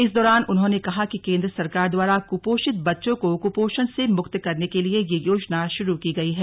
इस दौरान उन्होंने कहा कि केन्द्र सरकार द्वारा कुपोषित बच्चों को कुपोषण से मुक्त करने के लिए यह योजना शुरू की गई है